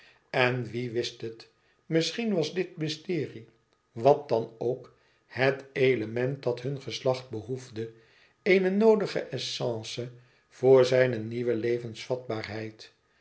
en wie wist het misschien was dit mysterie wat dan ook het element dat hun geslacht behoefde eene noodige essence voor zijne nieuwe levensvatbaarheid